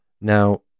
Now